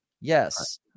Yes